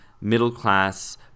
middle-class